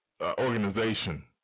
organization